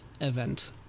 event